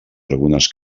algunes